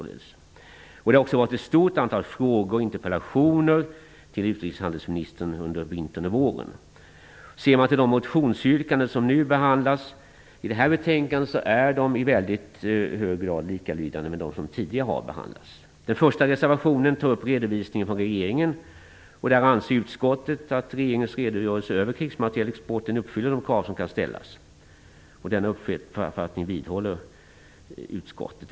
Det har också ställts ett stort antal frågor och interpellationer till utrikeshandelsministern under vintern och våren. De motionsyrkanden som behandlas i det här betänkandet är i hög grad likalydande med dem som tidigare har behandlats. Den första reservationen tar upp redovisningen från regeringen. Utskottet anser att regeringens redogörelse över krigsmaterielexporten uppfyller de krav som kan ställas. Den uppfattningen vidhåller utskottet.